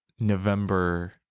November